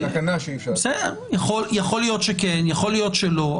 יכול להיות שלא,